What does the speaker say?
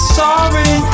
sorry